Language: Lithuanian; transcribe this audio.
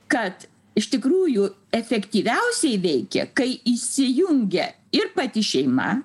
kad iš tikrųjų efektyviausiai veikia kai įsijungia ir pati šeima